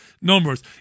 numbers